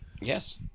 Yes